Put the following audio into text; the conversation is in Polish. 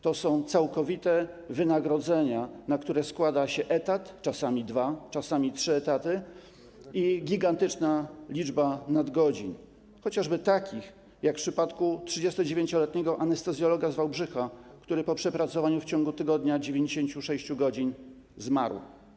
To są całkowite wynagrodzenia, na które składa się etat, czasami dwa, czasami trzy, i gigantyczna liczba nadgodzin, chociażby takich jak w przypadku 39-letniego anestezjologa z Wałbrzycha, który po przepracowaniu w ciągu tygodnia 96 godzin zmarł.